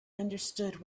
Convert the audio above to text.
understood